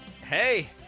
Hey